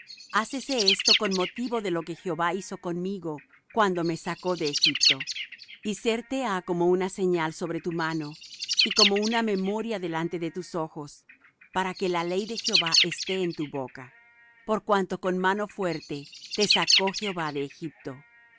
hácese esto con motivo de lo que jehová hizo conmigo cuando me sacó de egipto y serte ha como una señal sobre tu mano y como una memoria delante de tus ojos para que la ley de jehová esté en tu boca por cuanto con mano fuerte te sacó jehová de egipto